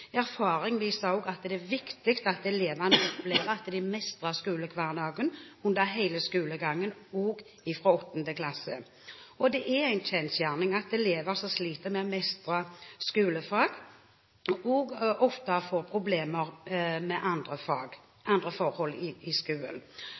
Erfaring viser at det er viktig at elevene opplever at de mestrer skolehverdagen under hele skolegangen, også fra 8. klasse. Det er en kjensgjerning at elever som sliter med å mestre skolefag, ofte også får problemer med andre